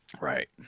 right